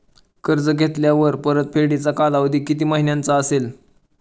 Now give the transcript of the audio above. कर्ज घेतल्यावर परतफेडीचा कालावधी किती महिन्यांचा असेल?